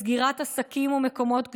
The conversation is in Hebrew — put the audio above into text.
בסגירת עסקים ומקומות קדושים.